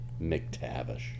McTavish